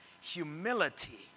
Humility